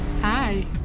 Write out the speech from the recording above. Hi